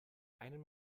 einen